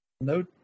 No